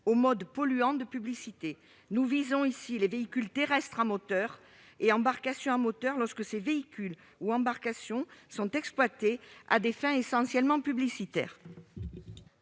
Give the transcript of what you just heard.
modes polluants de publicité : les véhicules terrestres à moteur et embarcations à moteur lorsque ces véhicules ou embarcations sont exploités à des fins essentiellement publicitaires.